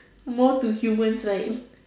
more to humans right